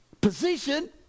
position